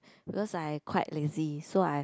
because I quite lazy so I